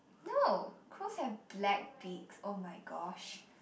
no crows have black beaks oh my gosh